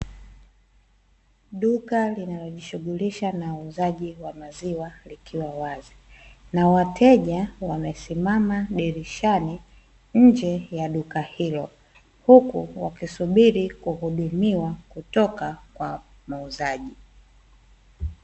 Duka linalojishughulisha na uuzaji wa maziwa likiwa wazi, na wateja wamesimama dirishani nje ya duka hilo, huku wakisubiri kuhudumiwa kutoka kwa muuzaji.